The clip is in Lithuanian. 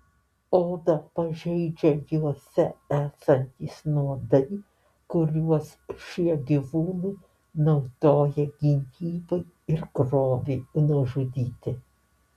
odą pažeidžia juose esantys nuodai kuriuos šie gyvūnai naudoja gynybai ir grobiui nužudyti